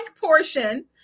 portion